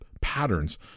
patterns